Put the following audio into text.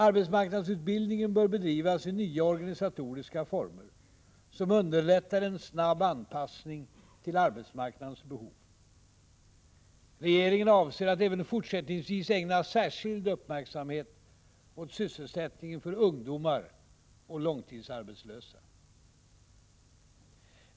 ; Arbetsmarknadsutbildningen bör bedrivas i nya organisatoriska former som underlättar en snabb anpassning till arbetsmarknadens behov. Regeringen avser att även fortsättningsvis ägna särskild uppmärksamhet åt sysselsättningen för ungdomar och långtidsarbetslösa.